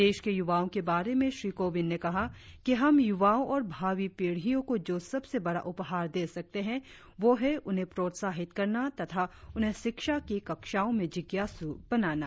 देश के युवाओं के बारे में श्री कोविंद ने कहा कि हम युवाओं और भावी पीढियों को जो सबसे बड़ा उपहार दे सकते हैं वह उन्हें प्रोत्साहित करना तथा उन्हें शिक्षा की कक्षाओं में जिज्ञासु बनाना